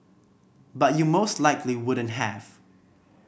but you most likely wouldn't have